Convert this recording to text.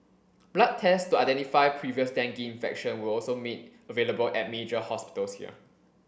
blood tests to identify previous dengue infection were also made available at major hospitals here